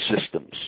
systems